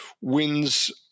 wins